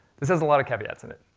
this has a lot of caveats in it,